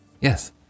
Yes